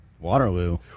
Waterloo